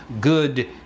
good